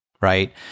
right